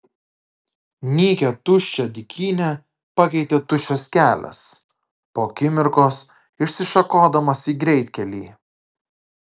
nykią tuščią dykynę pakeitė tuščias kelias po akimirkos išsišakodamas į greitkelį